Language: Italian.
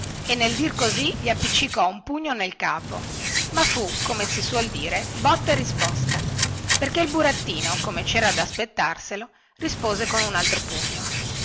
e nel dir così gli appiccicò un pugno sul capo ma fu come si suol dire botta e risposta perché il burattino come cera da aspettarselo rispose con un altro pugno